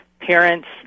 parents